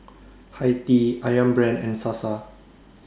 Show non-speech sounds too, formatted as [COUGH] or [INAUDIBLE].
[NOISE] Hi Tea Ayam Brand and Sasa